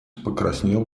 покраснел